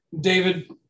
David